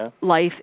Life